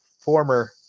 former